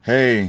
Hey